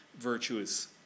virtuous